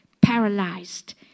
paralyzed